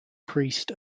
priest